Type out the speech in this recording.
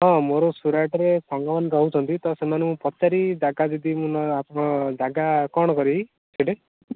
ହଁ ମୋର ସୁରାଟରେ ସାଙ୍ଗ ମାନେ ରହୁଛନ୍ତି ତ ସେମାନଙ୍କୁ ପଚାରି ଜାଗା ଯଦି ମୁଁ ନା ଆପଣ ଜାଗା କ'ଣ କରିବି ସେଇଠି